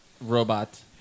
Robot